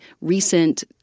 recent